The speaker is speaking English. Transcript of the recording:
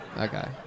okay